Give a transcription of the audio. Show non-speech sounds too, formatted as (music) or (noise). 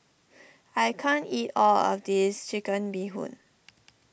I can't eat all of this Chicken Bee Hoon (noise)